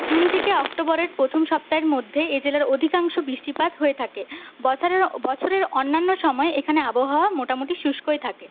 June থেকে অক্টোবরের প্রথম সপ্তাহের মধ্যে এই জেলার অধিকাংশ বৃষ্টিপাত হয়ে থাকে বছরের বছরের অন্যান্য সময় এখানে আবহাওয়া মোটামুটি শুষ্কই থাকে